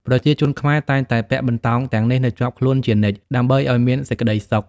ប្រជាជនខ្មែរតែងតែពាក់បន្តោងទាំងនេះ នៅជាប់ខ្លួនជានិច្ច ដើម្បីឱ្យមានសេចក្ដីសុខ។